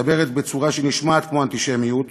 מדברת בצורה שנשמעת כמו אנטישמיות,